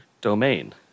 domain